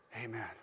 Amen